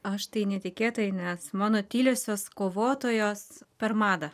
aš tai netikėtai nes mano tyliosios kovotojos per madą